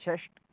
षष्टम